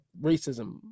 racism